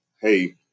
hey